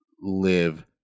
Live